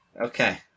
Okay